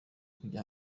kujya